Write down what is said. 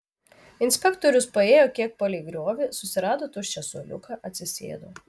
inspektorius paėjo kiek palei griovį susirado tuščią suoliuką atsisėdo